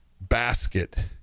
basket